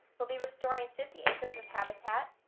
we'll be restoring fifty acres of habitat.